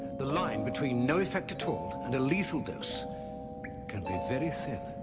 the line between no effect at all and a lethal dose can be very thin.